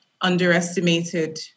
underestimated